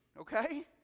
Okay